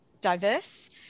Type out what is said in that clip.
diverse